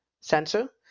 sensor